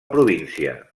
província